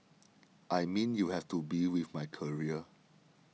I mean you have to be with my career